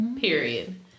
Period